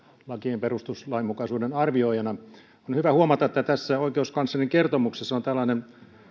lakien perustuslainmukaisuuden arvioijana on hyvä huomata että oikeuskanslerin kertomuksessa on tällainen